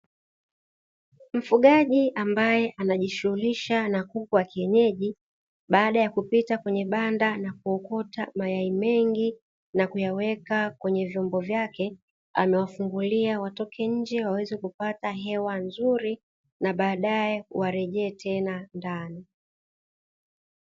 Mfugaji ambaye anajishughulisha na kuku wa kienyeji, baada ya kupita kwenye banda na kuokota mayai mengi na kuyaweka kwenye vyombo vyake amewafungulia watoke nje ili waweze kupata hewa nzuri, na baadae warejee tena ndani.